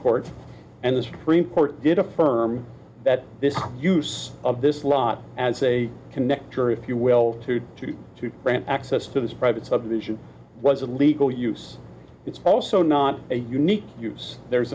court and the supreme court did affirm that this use of this law as a connector if you will to to to grant access to this private subdivision was illegal use it's also not a unique use there's